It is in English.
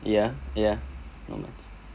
yeah yeah